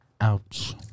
Ouch